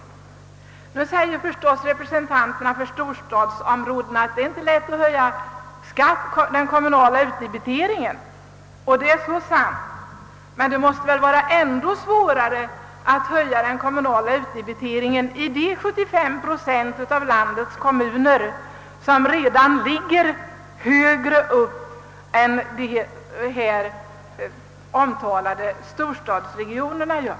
Nu säger säkert representanterna för storstadsområdena att det inte är lätt att höja den kommunala utdebiteringen. Det är så sant, men det måste väl vara ändå svårare att höja den kommunala utdebiteringen i de 75 procent av landets kommuner som redan ligger högre än de här omtalade storstadsregionerna gör.